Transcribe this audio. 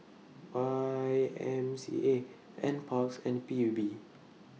Y M C A NParks and P U B